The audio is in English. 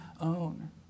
own